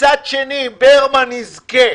מצד שני, ברמן יזכה